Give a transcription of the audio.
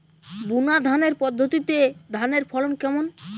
বুনাধানের পদ্ধতিতে ধানের ফলন কেমন?